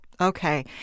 Okay